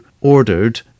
ordered